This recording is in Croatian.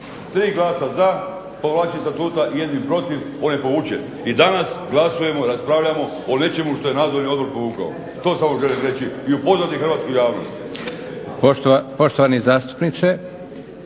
Tri glasa za povlačit statuta i jednim protiv on je povučen. I danas glasujemo i raspravljamo o nečemu što je nadzorni odbor povukao, to samo želim reći i upoznati hrvatsku javnost.